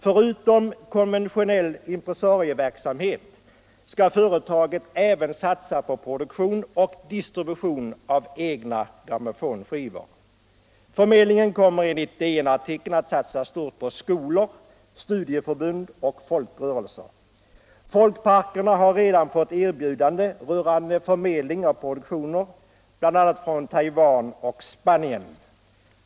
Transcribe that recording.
Förutom konventionell impressarieverksamhet skall företaget även satså på produktion och distribution av egna grammofonskivor. Förmedlingen kommer enligt DN-artikeln att satsa stort på skolor, studieförbund och folkrörelser. Folkparkerna har redan fått erbjudande rörande förmedling av produktioner från bl.a. Taiwan och Spanien.